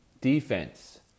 Defense